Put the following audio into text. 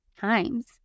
times